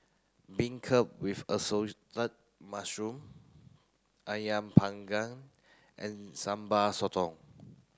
beancurd with assorted mushroom Ayam panggang and Sambal Sotong